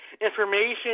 information